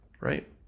Right